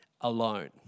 alone